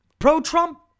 Pro-Trump